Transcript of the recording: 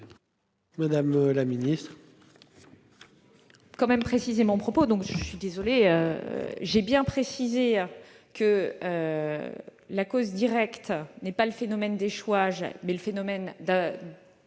madame la ministre,